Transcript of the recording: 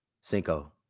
Cinco